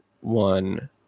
one